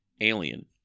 alien